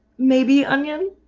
maybe onion,